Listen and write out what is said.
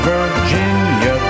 Virginia